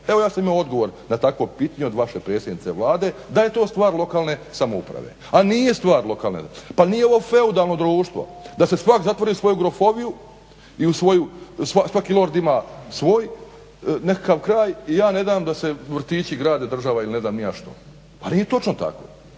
Evo ja sam imao odgovor na takvo pitanje od vaše predsjednice Vlade da je to stvar lokalne samouprave, a nije stvar lokalne samouprave. Pa nije ovo feudalno društvo da se svak zatvori u svoju grofoviju i svaki lord ima svoj nekakav kraj i ja ne dam da se vrtići grade, država ili ne znam ni ja što. Pa nije točno tako.